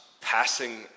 passing